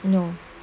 no